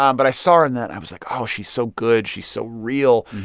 um but i saw her in that, i was, like, oh, she's so good. she's so real.